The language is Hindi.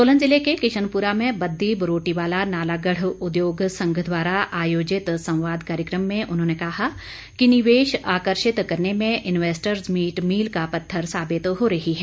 सोलन जिले के किशनपुरा में बद्दी बरोटीवाला नालागढ़ उद्योग संघ द्वारा आयोजित संवाद कार्यक्रम में उन्होंने कहा कि निवेश आकर्षित करने में इन्वेस्टर्स मीट मील का पत्थर साबित हो रही है